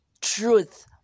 truth